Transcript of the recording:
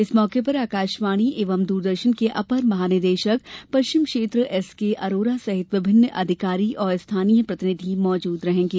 इस मौके पर आकाशवाणी एवं दूरदर्शन के अपर महानिदेशक पश्चिम क्षेत्र एसके अरोरा सहित विभिन्न वरिष्ठ अधिकारी और स्थानीय प्रतिनिधि मौजूद थे